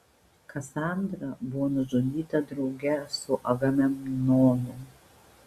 kasandra buvo nužudyta drauge su agamemnonu